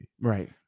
Right